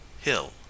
hill